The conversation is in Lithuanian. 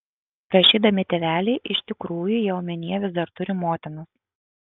rašydami tėveliai iš tikrųjų jie omenyje vis dar turi motinas